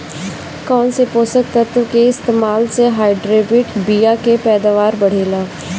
कौन से पोषक तत्व के इस्तेमाल से हाइब्रिड बीया के पैदावार बढ़ेला?